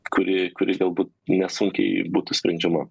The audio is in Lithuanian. kuri kuri galbūt nesunkiai būtų sprendžiama